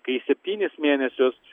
kai septynis mėnesius